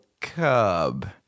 cub